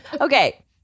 Okay